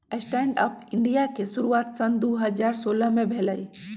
stand up India के शुरुआत सन दू हज़ार सोलह में भेलइ